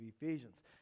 Ephesians